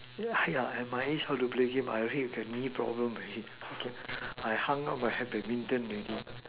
ya ya at my age how to play game I already have knee problem already I hung out I have badminton already